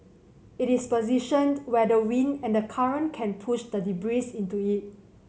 it is positioned where the wind and the current can push the debris into it